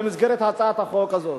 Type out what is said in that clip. במסגרת הצעת החוק הזאת,